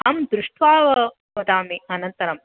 अहं दृष्टवा वदामि अनन्तरम्